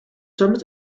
summit